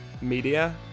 media